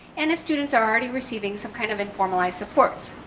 and if students are already receiving some kind of informally support.